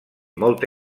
molta